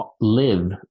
live